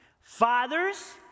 Fathers